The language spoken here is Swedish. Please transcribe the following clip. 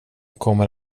kommer